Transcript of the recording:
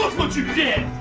what you did!